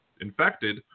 infected